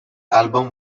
album